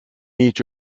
each